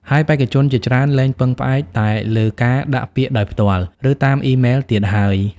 ហើយបេក្ខជនជាច្រើនលែងពឹងផ្អែកតែលើការដាក់ពាក្យដោយផ្ទាល់ ឬតាមអ៊ីមែលទៀតហើយ។